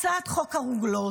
הצעת חוק הרוגלות.